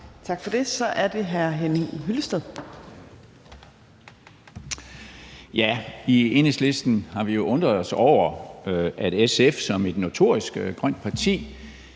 Hyllested. Kl. 13:35 Henning Hyllested (EL): I Enhedslisten har vi jo undret os over, at SF som et notorisk grønt parti